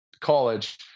college